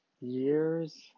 years